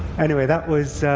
anyway, that was